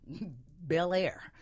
bel-air